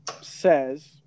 says